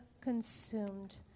consumed